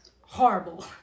horrible